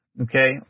Okay